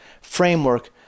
framework